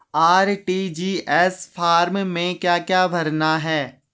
RTGS form में क्या क्या भरना है?